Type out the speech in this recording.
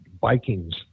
Vikings